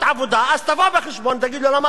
אז תבוא חשבון, תגיד לו: למה אתה לא עובד.